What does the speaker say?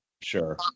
Sure